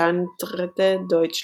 ס"ס־שטנדרטה דויטשלנד.